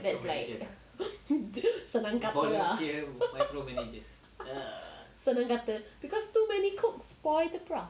that's like senang kata ah senang kata because too many cooks spoil the broth